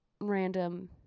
random